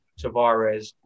Tavares